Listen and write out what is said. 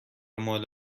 مال